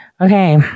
Okay